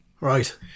Right